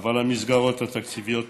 אבל המסגרות התקציביות מדברות,